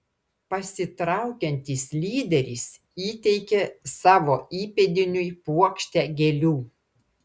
pasitraukiantis lyderis įteikė savo įpėdiniui puokštę gėlių